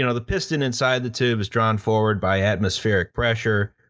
you know the piston inside the tube is drawn forward by atmospheric pressure,